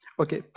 okay